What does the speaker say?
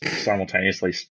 simultaneously